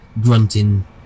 grunting